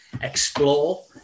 explore